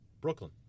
Brooklyn